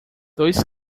dois